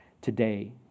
today